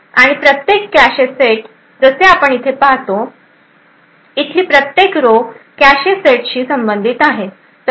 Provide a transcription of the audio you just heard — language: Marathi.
आणि प्रत्येक कॅशे सेट जसे आपण येथे पाहतो इथली प्रत्येक रो कॅशे सेटशी संबंधित आहे